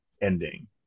ending